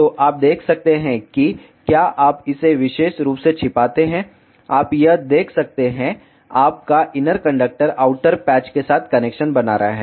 तो आप देख सकते हैं कि क्या आप इसे विशेष रूप से छिपाते हैं आप यह देख सकते हैं आपका इनर कंडक्टर आउटर पैच के साथ कनेक्शन बना रहा है